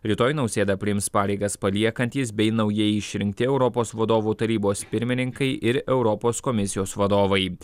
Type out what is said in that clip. rytoj nausėdą priims pareigas paliekantys bei naujai išrinkti europos vadovų tarybos pirmininkai ir europos komisijos vadovai